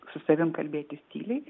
su savim kalbėtis tyliai